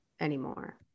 anymore